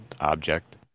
object